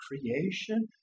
creation